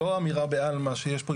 לא אמירה בעלמא שיש פה,